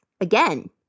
again